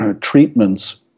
treatments